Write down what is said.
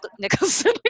Nicholson